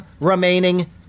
remaining